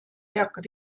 eakad